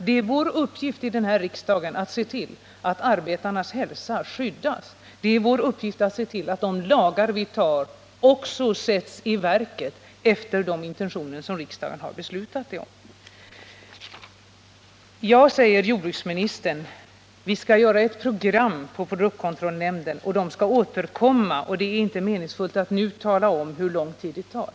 Det är vår uppgift här i riksdagen att se till att arbetarnas hälsa skyddas. Det är vår uppgift att se till att de lagar vi antar också tillämpas enligt de intentioner som riksdagen har beslutat om. Ja, säger jordbruksministern, man skall göra ett program på produktkontrollnämnden. Nämnden skall återkomma, och det är inte meningsfullt att tala om hur lång tid det tar.